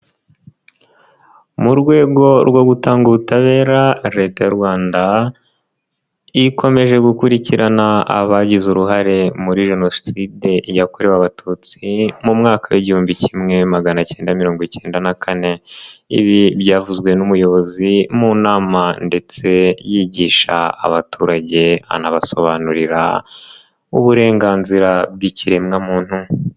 Mu rwego rwo gutanga ubutabera Leta y'u Rwanda ikomeje gukurikirana abagize uruhare muri jenoside yakorewe Abatutsi mu mwaka w'igihumbi kimwe magana cyenda mirongo icyenda na kane, ibi byavuzwe n'umuyobozi mu nama ndetse yigisha abaturage anabasobanurira uburenganzira bw'ikiremwamuntu.